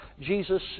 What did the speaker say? Jesus